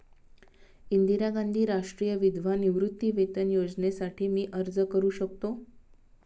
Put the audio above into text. इंदिरा गांधी राष्ट्रीय विधवा निवृत्तीवेतन योजनेसाठी मी अर्ज करू शकतो?